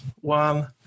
one